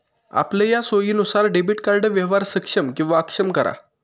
आपलया सोयीनुसार debit card व्यवहार सक्षम किंवा अक्षम करा